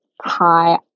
hi